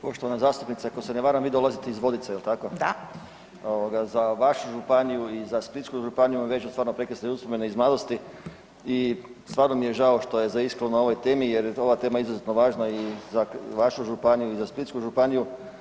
Poštovana zastupnice ako se ne varam vi dolazite iz Vodica, jel' tako? [[Upadica Juričev Martinčev: Da.]] Za vašu županiju i za Splitsku županiju vežu me stvarno prekrasne uspomene iz mladosti i stvarno mi je žao što je zaiskrilo na ovoj temi, jer ova tema je izuzetno važna i za vašu županiju i za Splitsku županiju.